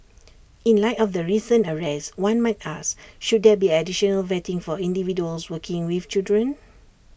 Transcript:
in light of the recent arrest one might ask should there be additional vetting for individuals working with children